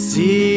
See